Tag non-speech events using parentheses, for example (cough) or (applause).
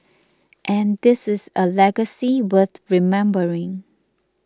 (noise) and this is a legacy worth remembering